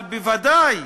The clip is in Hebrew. אבל בוודאי